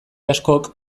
askok